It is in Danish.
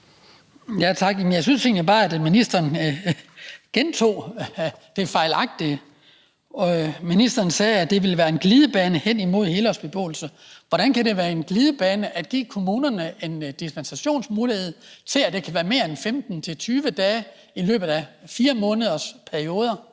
Jeg synes egentlig bare, at ministeren gentog det fejlagtige. Ministeren sagde, at det ville være en glidebane hen imod helårsbeboelse. Hvordan kan det være en glidebane at give kommunerne en dispensationsmulighed for, at det kan være mere end 15-20 dage i løbet af 4-månedersperioder?